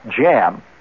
jam